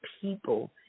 people